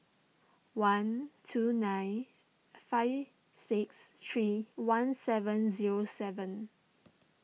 one two nine five six three one seven zero seven